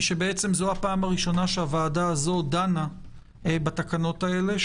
בעצם זאת הפעם הראשונה שהוועדה הזאת דנה בתקנות האלה,